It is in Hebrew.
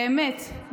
באמת,